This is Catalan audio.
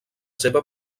seva